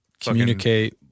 Communicate